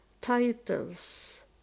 titles